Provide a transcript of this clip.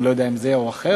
אני לא יודע אם זה או אחר,